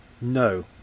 No